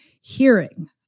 hearing